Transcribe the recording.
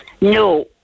No